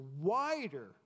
wider